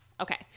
Okay